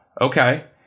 Okay